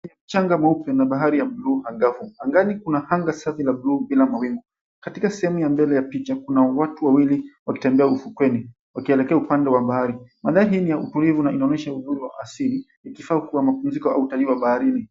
Ni mchanga mweupe na bahari ya bluu angavu, angani kuna anga safi ya bluu bila mawingu katika sehemu ya mbele ya picha kuna watu wawili wakitembea ufukweni, wakielekea upande wa bahari, bahari ni tulivu na inaonyesha uzuri wa asili ikifaa kuwa mapumziko au utalii wa baharini.